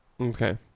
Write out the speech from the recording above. okay